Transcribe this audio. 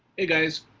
hey guys,